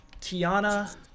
Tiana